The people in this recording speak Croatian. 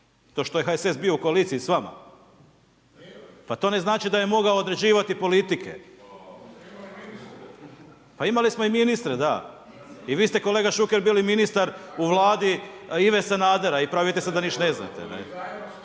To što je HSS bio u koaliciji s vama, pa to ne znači da je mogao određivati politike. .../Upadica: ne čuje se./... Pa imali smo i ministre, da. I vi ste, kolega Šuker bili ministar u Vladi Ive Sanadera i pravite se da ništa neznate.